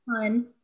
fun